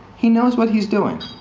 he knows what he's doing.